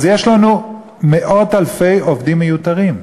אז יש לנו מאות אלפי עובדים מיותרים,